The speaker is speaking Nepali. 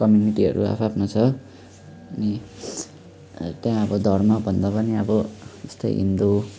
कम्युनिटीहरू आफआफ्नो छ अनि त्यहाँको धर्म भन्दा पनि अब जस्तै हिन्दू